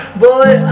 boy